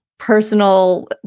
personal